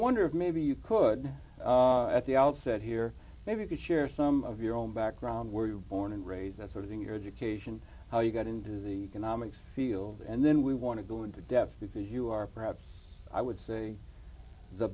wonder if maybe you could at the outset here maybe you could share some of your own background were you born and raised that sort of thing your education how you got into the konami field and then we want to go into depth because you are perhaps i would say the